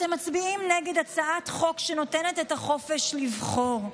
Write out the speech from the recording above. אתם מצביעים נגד הצעת חוק שנותנת את החופש לבחור.